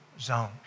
zone